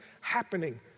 happening